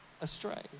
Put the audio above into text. astray